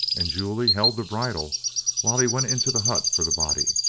and julia held the bridle while he went into the hut for the body.